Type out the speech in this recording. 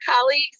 colleagues